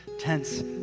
tense